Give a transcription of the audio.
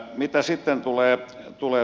mitä sitten tulee